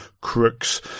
Crooks